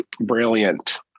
brilliant